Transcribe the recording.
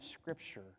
Scripture